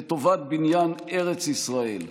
לטובת בניין ארץ ישראל,